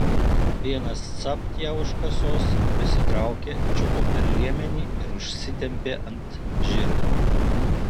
vienas capt ją už kasos prisitraukė čiupo per liemenį ir užsitempė ant žirgo